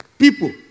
people